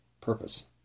purpose